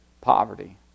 poverty